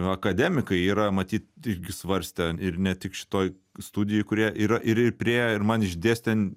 akademikai yra matyt irgi svarstę ir ne tik šitoj studijoj kurie yra ir priėjo ir man išdėstę